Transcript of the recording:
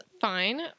fine